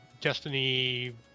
Destiny